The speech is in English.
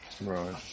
Right